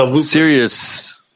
serious